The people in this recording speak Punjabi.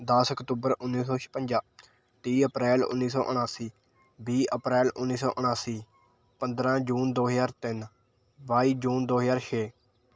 ਦਸ ਅਕਤੂਬਰ ਉੱਨੀ ਸੌ ਛਪੰਜਾ ਤੀਹ ਅਪ੍ਰੈਲ ਉੱਨੀ ਸੌ ਉਣਾਸੀ ਵੀਹ ਅਪ੍ਰੈਲ ਉੱਨੀ ਸੌ ਉਣਾਸੀ ਪੰਦਰ੍ਹਾਂ ਜੂਨ ਦੋ ਹਜ਼ਾਰ ਤਿੰਨ ਬਾਈ ਜੂਨ ਦੋ ਹਜ਼ਾਰ ਛੇ